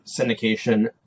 syndication